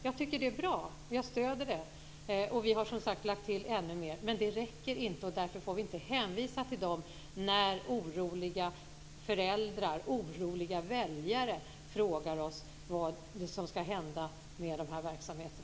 Jag tycker att det är bra och jag stöder det, och vi vill, som sagt, lägga till ännu mera. Men det räcker inte. Därför får vi inte hänvisa till dem när oroliga föräldrar och oroliga väljare frågar oss vad som skall hända med dessa verksamheter.